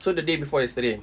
so the day before yesterday